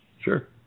Sure